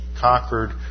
conquered